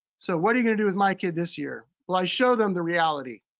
so what are you gonna do with my kid this year? well i show them the reality.